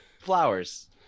flowers